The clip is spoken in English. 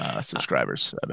subscribers